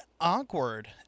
awkward